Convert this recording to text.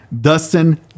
dustin